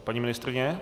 Paní ministryně?